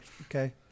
Okay